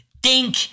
Dink